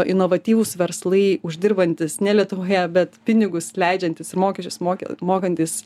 inovatyvūs verslai uždirbantys ne lietuvoje bet pinigus leidžiantys ir mokesčius mokę mokantys